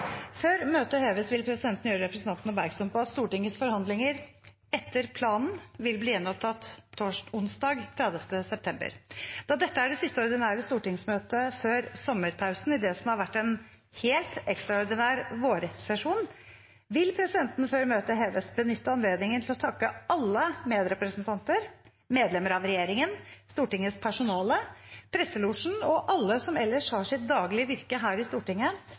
Før møtet heves, vil presidenten gjøre representantene oppmerksomme på at Stortingets forhandlinger etter planen vil bli gjenopptatt onsdag 30. september. Da dette er det siste ordinære stortingsmøtet før sommerpausen i det som har vært en helt ekstraordinær vårsesjon, vil presidenten – før møtet heves – benytte anledningen til å takke alle medrepresentanter, medlemmer av regjeringen, Stortingets personale, presselosjen og alle som ellers har sitt daglige virke her i Stortinget,